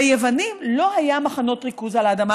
ליוונים לא היו מחנות ריכוז על האדמה,